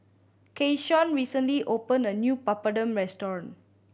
Keyshawn recently opened a new Papadum restaurant